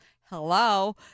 Hello